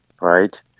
right